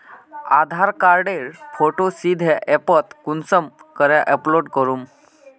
आधार कार्डेर फोटो सीधे ऐपोत कुंसम करे अपलोड करूम?